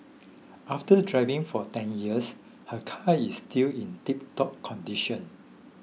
after driving for ten years her car is still in tiptop condition